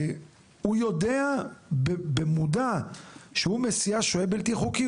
והוא יודע במודע שהוא מסיע שוהה בלתי חוקי,